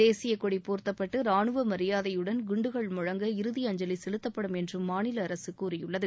தேசியக் கொடி போர்த்தப்பட்டு ரானுவ மரியாதையுடன் குண்டுகள் முழங்க இறுதி அஞ்சலி செலுத்தப்படும் என்றும் மாநில அரசு கூறியுள்ளது